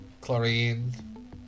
chlorine